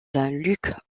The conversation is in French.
luke